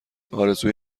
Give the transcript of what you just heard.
آرزوی